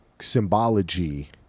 symbology